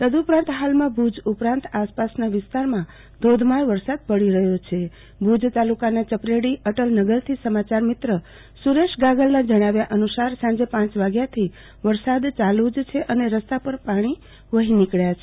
તદ્દ ઉપરાંત હાલમાં ભુજ ઉપરાંત આસપાસ વિસ્તારમાં ધોધમાર વરસાદ પડી રહ્યો છે ભુજ તાલુકાનાં ચપરેડી અટલનગરથી સમાચાર મિત્ર સુરેશ ગાગલનાં જણાવ્યા અનુસાર સાંજે પ વાગ્યા થી વરસાદ ચાલુ જ છે અને રસ્તા પર પાણી વહી નીકબ્યા છે